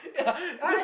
uh